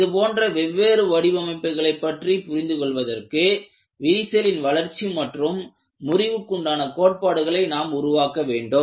இது போன்ற வெவ்வேறு வடிவமைப்புகளை பற்றி புரிந்து கொள்வதற்கு விரிசலின் வளர்ச்சி மற்றும் முறிவிற்குண்டான கோட்பாடுகளை நாம் உருவாக்க வேண்டும்